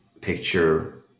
picture